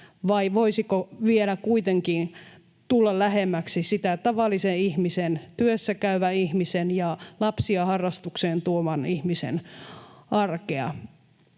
vai voisiko vielä kuitenkin tulla lähemmäksi sitä tavallisen ihmisen, työssäkäyvän ihmisen ja lapsia harrastukseen vievän ihmisen, arkea?